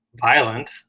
violent